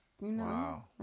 Wow